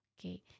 Okay